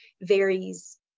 varies